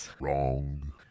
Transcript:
Wrong